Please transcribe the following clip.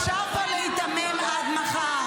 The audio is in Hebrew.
סליחה, אפשר להיתמם פה עד מחר.